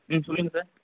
ம் சொல்லுங்க சார்